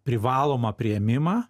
privalomą priėmimą